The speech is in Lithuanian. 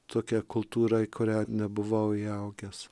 tokia kultūra į kurią nebuvau įaugęs